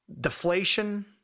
deflation